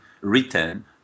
written